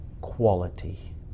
quality